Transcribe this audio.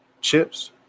Chips